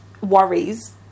Worries